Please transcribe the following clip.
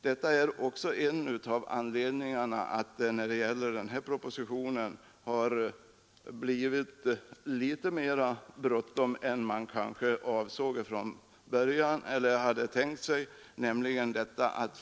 Detta är också en av anledningarna till att det i fråga om denna proposition blivit litet mera bråttom än man kanske från början avsåg.